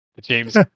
James